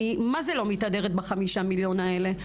אני מה זה לא מתהדרת בחמישה מיליון האלה.